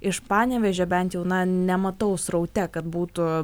iš panevėžio bent jau na nematau sraute kad būtų